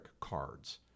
cards